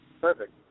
Perfect